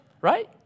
Right